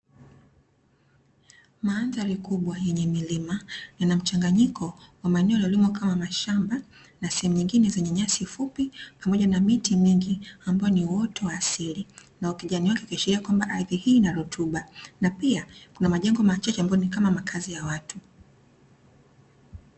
Mandhari kubwa yenye milima, ina mchanganyiko wa maeneo yaliyolimwa kama mashamba na sehemu zingine zenye nyasi fupi, pamoja na miti mingi ambayo ni uoto wa asili, na ukijani wake ukiashiria kwamba ardhi hii ina rutuba na pia kuna majengo machache ambayo ni kama majengo ya watu.